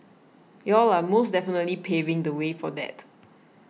y'all are most definitely paving the way for that